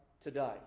today